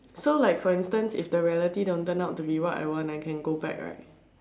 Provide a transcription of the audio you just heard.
so like for instance if the reality don't turn out to be what I want then can go back right